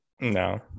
No